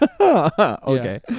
okay